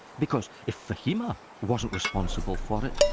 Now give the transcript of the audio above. because if fahima wasn't responsible for it,